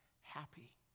happy